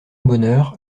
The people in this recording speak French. bonheur